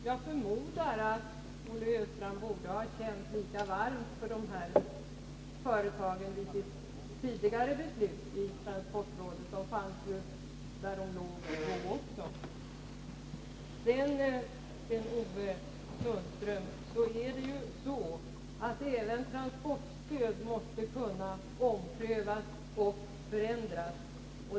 Jag förmodar att Olle Östrand borde ha känt lika varmt som i dag för de här företagen vid sitt tidigare beslut i transportrådet — de låg ju också då där de ligger nu. Sedan till Sten-Ove Sundström: Även transportstöd måste kunna omprövas och förändras.